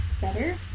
better